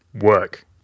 work